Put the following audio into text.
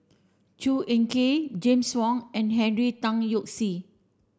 Chua Ek Kay James Wong and Henry Tan Yoke See